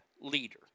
leader